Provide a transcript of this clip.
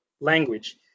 language